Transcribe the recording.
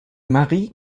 marie